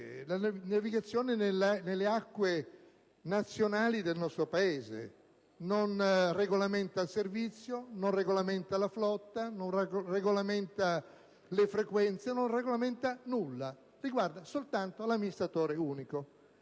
la navigazione nelle acque nazionali del nostro Paese, non regolamenta il servizio, non regolamenta la flotta, non regolamenta le frequenze, non regolamenta nulla. Riguarda soltanto l'amministratore unico.